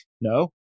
No